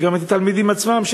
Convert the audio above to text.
וגם את התלמידים עצמם,